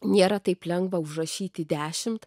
nėra taip lengva užrašyti dešimt